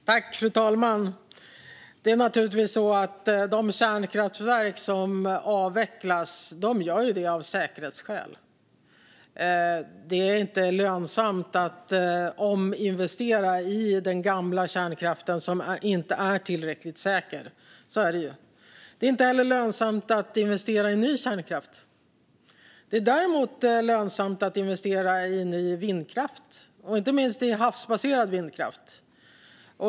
Fru talman! Det är naturligtvis så att det är av säkerhetsskäl som kärnkraftverk avvecklas. Det är inte lönsamt att ominvestera i den gamla kärnkraften som inte är tillräckligt säker. Så är det ju. Det är inte heller lönsamt att investera i ny kärnkraft. Det är däremot lönsamt att investera i ny vindkraft och inte minst i havsbaserad vindkraft.